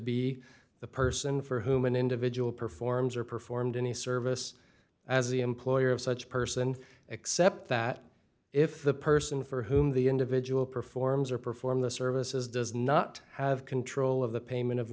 be the person for whom an individual performs or performed any service as the employer of such person except that if the person for whom the individual performs or perform the services does not have control of the payment of